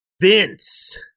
Vince